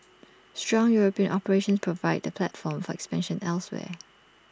strong european operations provide the platform for expansion elsewhere